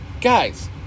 Guys